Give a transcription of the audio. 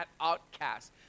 outcasts